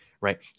right